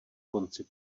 konci